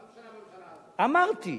אמרתי,